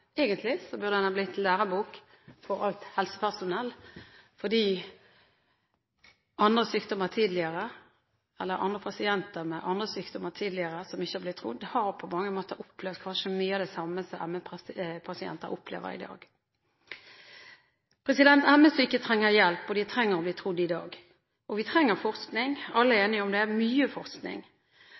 Egentlig burde den ha blitt lærebok for alt helsepersonell, fordi andre pasienter med andre sykdommer tidligere, som ikke har blitt trodd, på mange måter har opplevd mye av det samme som ME-pasienter opplever i dag. ME-syke trenger hjelp, og de trenger å bli trodd – i dag, og vi trenger forskning. Alle er enige om det – mye forskning.